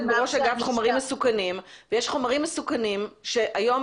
בראש אגף חומרים מסוכנים ויש חומרים מסוכנים שהיום